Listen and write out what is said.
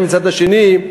מצד שני,